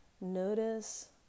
Notice